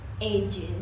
ages